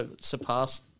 surpassed